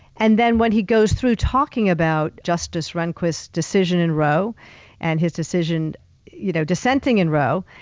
and then when he goes through talking about justice renquist's decision in roe and his decision you know dissenting in roe,